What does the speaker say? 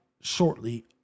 shortly